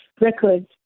records